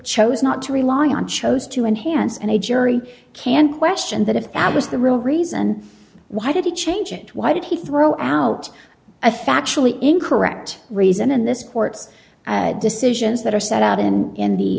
chose not to rely on shows to enhance and a jury can question that if that was the real reason why did he change it why did he throw out a factually incorrect reason in this court's decisions that are set out in in the